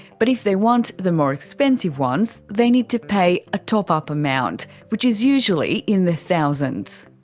but if they want the more expensive ones they need to pay a top-up amount, which is usually in the thousands.